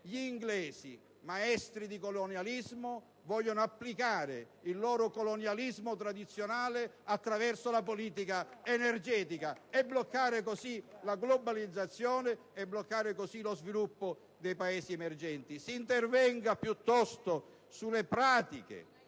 Gli inglesi, maestri di colonialismo, vogliono applicare il loro colonialismo tradizionale attraverso la politica energetica e bloccare così la globalizzazione e lo sviluppo dei Paesi emergenti. Si intervenga piuttosto sulle pratiche!